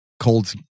cold